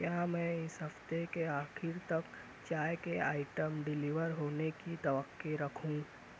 کیا میں اِس ہفتے کے آخر تک چائے کے آئٹم ڈلیور ہونے کی توقع رکھوں